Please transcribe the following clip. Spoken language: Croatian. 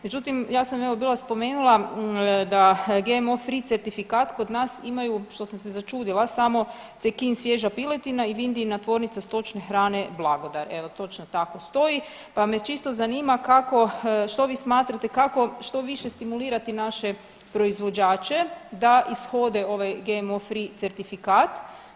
Međutim, evo ja sam bila spomenula da GMO free certifikat kod nas imaju što sam se začudila samo Cekin svježa piletina i Vindijina tvornica stočne hrane Blagodar, evo točno tako stoji, pa me čisto zanima kako što vi smatrate, kako što više stimulirati naše proizvođače da ishode ovaj GMO free certifikat?